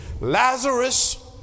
Lazarus